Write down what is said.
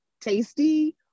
tasty